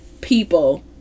people